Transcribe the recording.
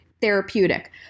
therapeutic